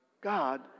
God